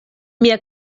mia